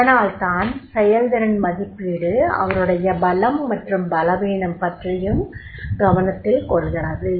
அதனால் தான் செயல்திறன் மதிப்பீடு அவருடைய பலம் மற்றும் பலவீனம் பற்றியும் கவனத்தில் கொள்கிறது